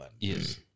Yes